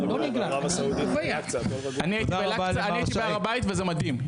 אני הייתי בהר הבית וזה מדהים,